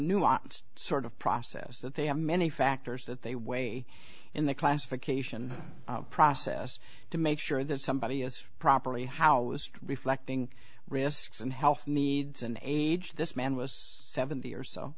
nuanced sort of process that they have many factors that they weigh in the classification process to make sure that somebody is properly how was reflecting risks and health needs and age this man was seventy or so